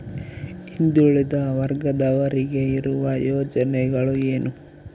ಹಿಂದುಳಿದ ವರ್ಗದವರಿಗೆ ಇರುವ ಯೋಜನೆಗಳು ಏನು?